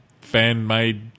fan-made